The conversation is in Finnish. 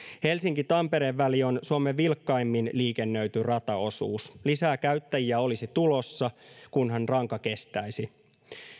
helsinki tampere väli on suomen vilkkaimmin liikennöity rataosuus lisää käyttäjiä olisi tulossa kunhan ranka kestäisi